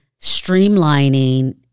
streamlining